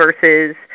versus